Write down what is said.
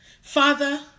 Father